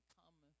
come